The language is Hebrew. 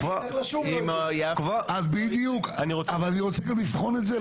אז בדיוק, אני רוצה גם לבחון את זה.